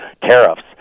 tariffs